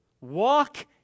Walk